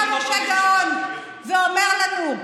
כאשר הגיע משה גאון ואומר לנו: